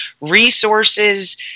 Resources